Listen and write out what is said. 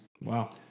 Wow